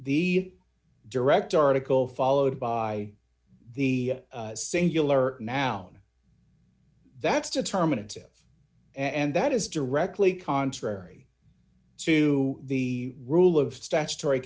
the direct article followed by the singular noun that's determinative and that is directly contrary to the rule of statutory